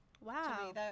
wow